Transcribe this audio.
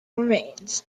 remains